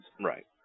Right